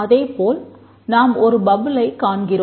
அதே போல் நாம் ஒரு பப்பிளை ஆகும்